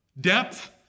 depth